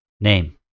name